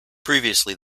previously